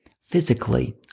physically